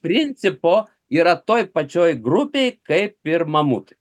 principo yra toj pačioj grupėje kaip ir mamutai